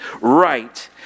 right